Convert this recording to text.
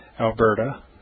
Alberta